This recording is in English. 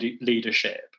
leadership